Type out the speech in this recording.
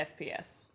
FPS